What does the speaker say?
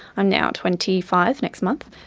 i'm now twenty five next month.